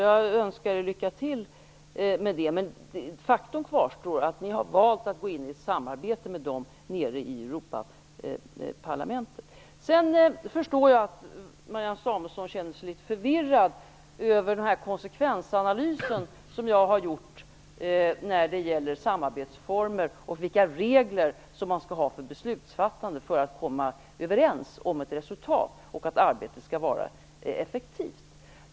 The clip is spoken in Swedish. Jag önskar er alltså lycka till med det. Men faktum kvarstår: Ni har valt att gå in i ett samarbete med dem nere i Europaparlamentet. Jag förstår att Marianne Samuelsson känner sig litet förvirrad av den konsekvensanalys som jag har gjort och som gäller samarbetsformer och vilka regler som behövs för beslutsfattandet för att komma överens om ett resultat och för att arbetet skall vara effektivt.